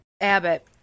Abbott